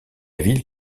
ville